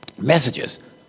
messages